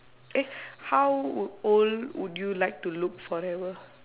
eh how old would you like to look forever